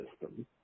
system